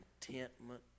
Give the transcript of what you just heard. contentment